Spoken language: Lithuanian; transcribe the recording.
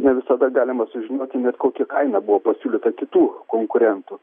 ne visada galima sužinoti net kokia kaina buvo pasiūlyta kitų konkurentų